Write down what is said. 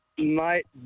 Mate